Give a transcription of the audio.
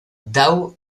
dow